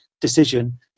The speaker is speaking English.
decision